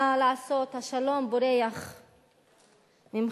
מה לעשות, השלום בורח ממך.